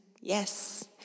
yes